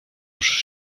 już